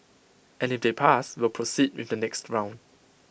and if they pass we'll proceed with the next round